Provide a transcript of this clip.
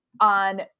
on